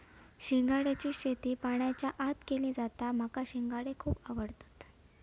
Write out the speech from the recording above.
शिंगाड्याची शेती पाण्याच्या आत केली जाता माका शिंगाडे खुप आवडतत